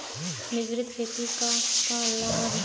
मिश्रित खेती क का लाभ ह?